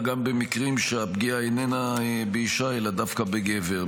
גם במקרים שהפגיעה אינה באישה אלא דווקא בגבר.